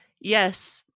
yes